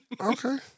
Okay